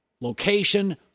location